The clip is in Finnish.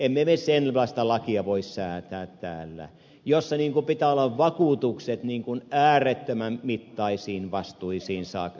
emme me voi säätää täällä sellaista lakia jossa pitää olla vakuutukset äärettömän mittaisiin vastuisiin saakka